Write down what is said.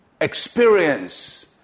experience